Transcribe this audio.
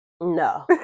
No